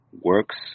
works